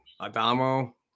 Adamo